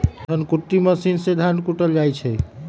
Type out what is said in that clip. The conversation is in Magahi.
धन कुट्टी मशीन से धान कुटल जाइ छइ